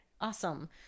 Awesome